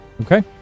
Okay